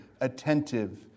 attentive